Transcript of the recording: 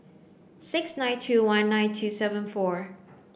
six nine two one nine two seven four